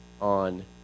on